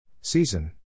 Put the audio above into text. Season